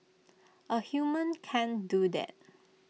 A human can do that